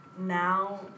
now